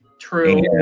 True